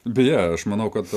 beje aš manau kad